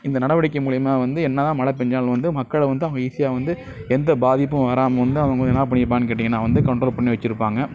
இந்த நடவடிக்கை மூலிமா வந்து என்ன தான் மழை பேய்ஞ்சாலும் வந்து மக்களை வந்து அவ்வளோ ஈசியாக வந்து எந்த பாதிப்பும் வராமல் வந்து அவங்க என்ன பண்ணிருப்பாங்கன்னு கேட்டிங்கன்னா வந்து கண்ட்ரோல் பண்ணி வச்சுருப்பாங்க